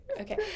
Okay